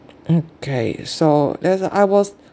mm K so as I was